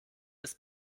ist